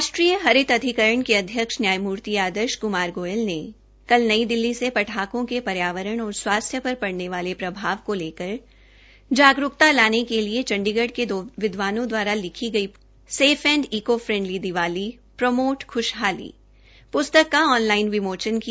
राष्ट्रीय हरित ट्रिब्यूनल के अध्यक्ष न्यायमूर्ति आदर्श क्मार गोयल ने कल नई दिल्ली से पटाखों के पर्यावरण और स्वास्थ्य पर पड़ने वाले प्रभाव को लेकर जागरूकता लाने के लिए चंडीगढ़ के दो विद्वानों द्वारा लिखी गई पुस्तक safe and eco friendly Diwali promote Khushhali का ऑनलाइन विमोचन किया